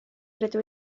rydw